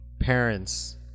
parents